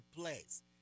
place